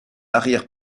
arrière